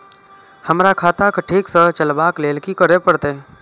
हमरा खाता क ठीक स चलबाक लेल की करे परतै